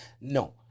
no